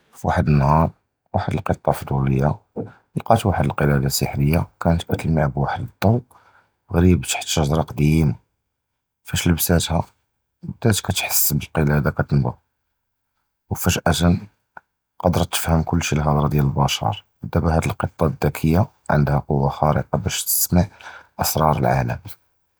פִוַחַד נַהָאר וַחַד הַקֻּטָּה פְדוּלִיָּה לְקַאת וַחַד הַקְּלַדָה סִיחְרִיָּה, קַאנְת קִתְלַמַע בְּחוּד הַדַּוּ גְּרִיב תַחְת שְׁגַ'רָה קְדִימָה, פַאש לְבְסְתְּהָ בְּדָא קִתְחַס בַּלְקְּלַדָה קִתְנַבַּד, וּפַגְ'אַה קִדְרַת תִפְהַם כֻּּלְּש הַהֲדְרָה דִיַּל הַבַּשַר, דַאבָּא הַדֶּא הַקֻּטָּה הַזְדַכִּיָּה עַנְדְהָא קֻוַّة חַארִקָה בַּאש תִסְמַע אֻסְרַאר הַעָלַם.